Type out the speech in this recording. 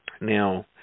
Now